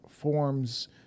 forms